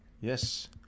yes